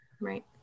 Right